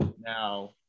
Now